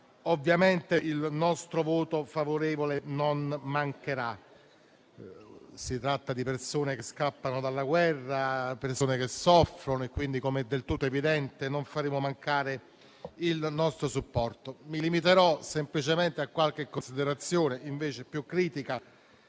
ovviamente, il nostro voto favorevole non mancherà. Si tratta di persone che scappano dalla guerra, persone che soffrono e, quindi, come è del tutto evidente - ripeto - non faremo mancare il nostro supporto. Mi limiterò semplicemente in questi minuti a